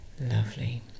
Lovely